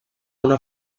una